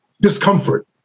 discomfort